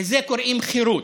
לזה קוראים חירות.